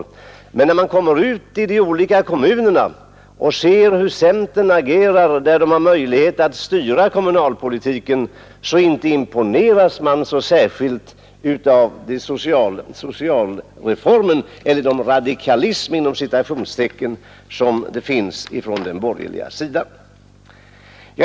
När man emellertid kommer ut i de olika kommunerna och ser hur centerns företrädare agerar där de har möjlighet att styra kommunalpolitiken imponeras man inte särskilt mycket av de sociala reformer som görs eller den ”radikalism” som finns på den borgerliga sidan.